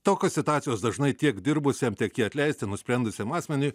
tokios situacijos dažnai tiek dirbusism tiek jį atleisti nusprendusiam asmeniui